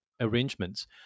arrangements